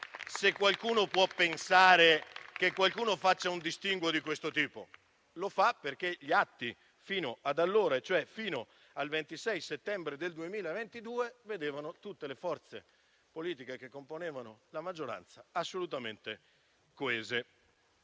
se qualcuno può pensare che qualcuno faccia un distinguo di questo tipo: lo fa perché gli atti fino al 26 settembre 2022 vedevano tutte le forze politiche che componevano la maggioranza assolutamente coese.